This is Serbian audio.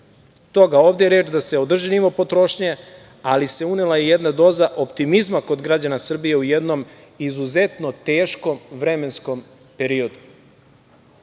toga, ovde je reč da se održi nivo potrošnje, ali se unela i jedna doza optimizma kod građana Srbije u jednom izuzetno teškom vremenskom periodu.